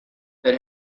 that